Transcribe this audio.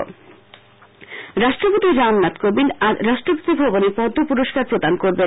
পদ্ম পুরস্কার রাষ্ট্রপতি রামনাথ কোবিন্দ আজ রাষ্ট্রপতি ভবনে পদ্ম পুরস্কার প্রদান করবেন